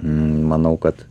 manau kad